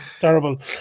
terrible